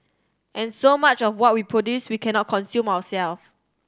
and so much of what we produce we cannot consume ourselves